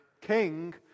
king